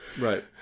Right